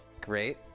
Great